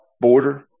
border